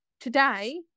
Today